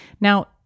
now